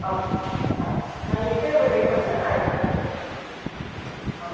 okay thanks நீங்கள் கீழே போய் வெயிட் பண்ணுங்கள் நான் எடுத்துகிட்டு வந்துடுறேன் ஆ